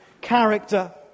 character